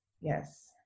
Yes